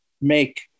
make